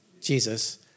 Jesus